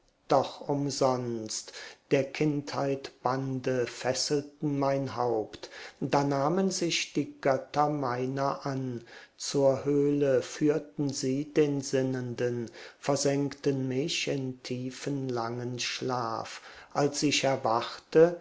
doch umsonst der kindheit bande fesselten mein haupt da nahmen sich die götter meiner an zur höhle führten sie den sinnenden versenkten mich in tiefen langen schlaf als ich erwachte